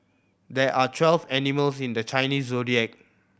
there are twelve animals in the Chinese Zodiac